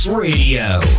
Radio